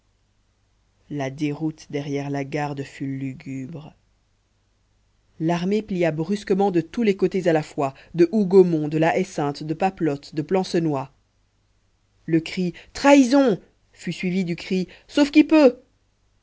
la déroute derrière la garde fut lugubre l'armée plia brusquement de tous les côtés à la fois de hougomont de la haie sainte de papelotte de plancenoit le cri trahison fut suivi du cri